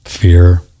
fear